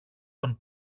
τον